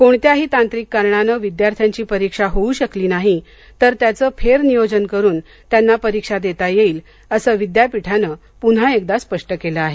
कोणत्याही तांत्रिक कारणाने विद्यार्थ्याची परीक्षा होऊ शकली नाही तर त्याचं फेरनियोजन करून त्यांना परीक्षा देता येईल असं विद्यापीठानं पुन्हा एकदा स्पष्ट केलं आहे